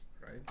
right